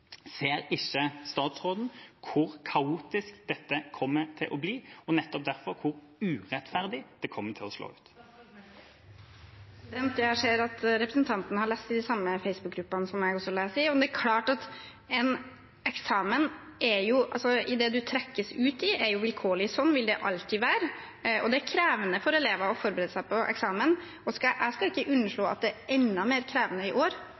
Ser ikke statsråden hvor kaotisk dette kommer til å bli, og nettopp derfor hvor urettferdig det kommer til å slå ut? Jeg ser at representanten har lest i de samme Facebook-gruppene som meg. Det er klart at eksamenen man trekkes ut til, er vilkårlig. Sånn vil det alltid være. Det er krevende for elever å forberede seg på eksamen, og jeg skal ikke underslå at det er enda mer krevende i år,